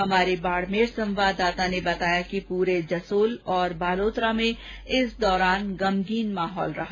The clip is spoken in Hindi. हमारे बाड़मेर संवाददाता ने बताया कि पूरे जसोल और बालोतरा में इस दौरान गमगीन माहौल रहा